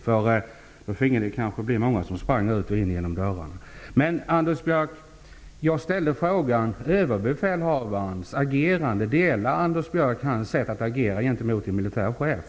I så fall skulle det kanske bli många som sprang ut och in genom dörrarna. Anders Björck! Jag ställde frågan om huruvida överbefälhavarens agerande överensstämmer med Anders Björcks uppfattning om på vilket sätt man bör agera mot en militär chef.